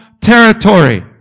territory